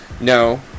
No